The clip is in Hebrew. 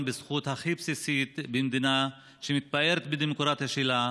בזכות הכי בסיסית במדינה שמתפארת בדמוקרטיה שלה,